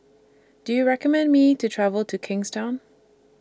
Do YOU recommend Me to travel to Kingstown